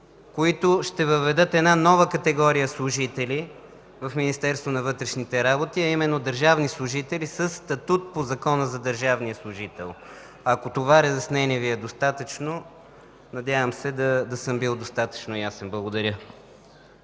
които ще въведат една нова категория служители в Министерството на вътрешните работи, а именно държавни служители със статут по Закона за държавния служител. Ако това разяснение Ви е достатъчно, надявам се да съм бил достатъчно ясен. Благодаря.